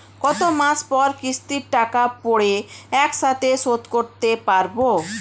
কত মাস পর কিস্তির টাকা পড়ে একসাথে শোধ করতে পারবো?